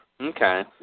Okay